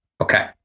Okay